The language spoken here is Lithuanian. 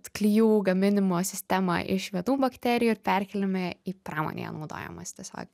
klijų gaminimo sistemą iš vienų bakterijų ir perkėlėme į pramonėje naudojamas tiesiog